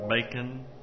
Bacon